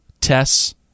Tess